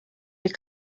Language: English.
your